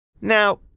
Now